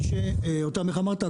איך אמרת?